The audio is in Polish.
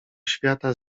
świata